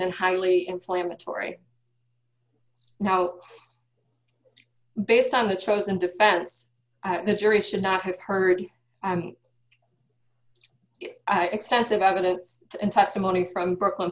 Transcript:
and highly inflammatory now based on the chosen defense the jury should not have heard and extensive evidence and testimony from brooklyn